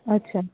ਅੱਛਾ